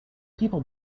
people